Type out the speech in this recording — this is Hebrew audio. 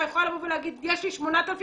יכולה לבוא ולהגיד יש לי 8,000,